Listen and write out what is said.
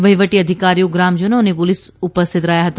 વહીવટી અધિકારીઓ ગ્રામજનો અને પોલીસ ઉપસ્થિત રહ્યા હતા